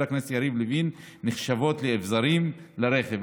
הכנסת יריב לוין נחשבות לאביזרים לרכב,